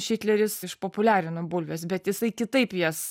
šitleris išpopuliarino bulves bet jisai kitaip jas